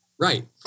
Right